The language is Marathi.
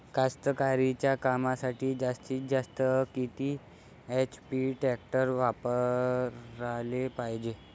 कास्तकारीच्या कामासाठी जास्तीत जास्त किती एच.पी टॅक्टर वापराले पायजे?